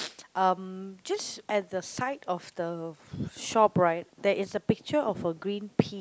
um just at the side of the shop right there is a picture of a green pea